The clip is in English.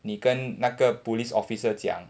你跟那个 police officer 讲